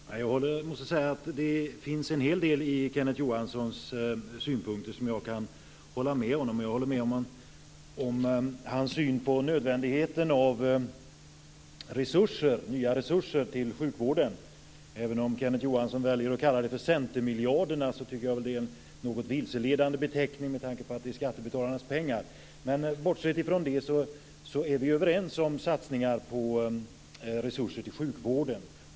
Fru talman! Jag måste säga att jag kan instämma i en hel del av Kenneth Johanssons synpunkter. Jag håller med honom i hans syn på nödvändigheten av nya resurser till sjukvården. Kenneth Johansson väljer att kalla dem för "centermiljarderna", vilket jag tycker är en något vilseledande beteckning med tanke på att det är skattebetalarnas pengar. Bortsett från det är vi överens om satsningar på resurser till sjukvården.